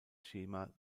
schema